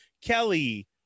kelly